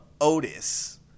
Otis